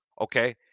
okay